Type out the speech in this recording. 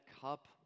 cup